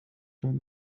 during